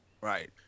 Right